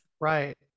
right